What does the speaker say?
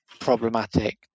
problematic